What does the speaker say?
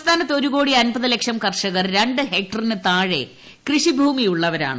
സംസ്ഥാനത്ത് ഒരുകോടി അമ്പത് ലക്ഷം കർഷകർ രണ്ട് ക്ഷക്ടറിനു താഴെ കൃഷി ഭൂമിയുള്ളവരാണ്